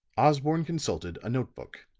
osborne consulted a note book.